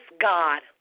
God